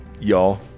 y'all